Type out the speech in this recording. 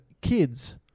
Kids